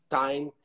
time